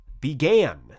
began